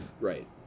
right